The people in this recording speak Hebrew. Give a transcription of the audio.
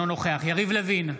אינו נוכח יריב לוין,